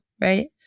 right